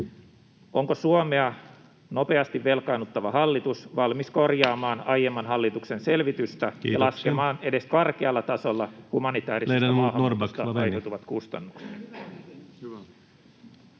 onko Suomea nopeasti velkaannuttava hallitus valmis korjaamaan aiemman hallituksen selvitystä ja laskemaan edes karkealla tasolla humanitäärisestä maahanmuutosta aiheutuvat kustannukset? [Speech